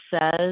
says